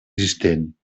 existent